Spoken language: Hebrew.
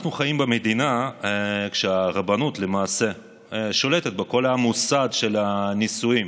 אנחנו חיים במדינה שהרבנות למעשה שולטת בכל המוסד של הנישואים.